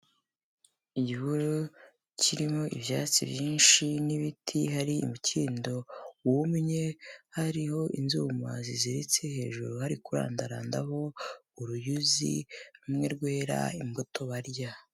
Igihuru kirimo ibyatsi byinshi n'ibiti, hari imikindo wumye, hariho inzuma ziziritse hejuru hari kurandarandaho uruyuzi, rumwe rwera imbuto barya.